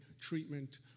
treatment